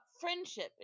friendship